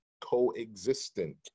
co-existent